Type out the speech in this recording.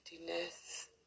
emptiness